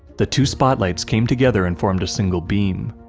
the two spotlights came together and formed a single beam,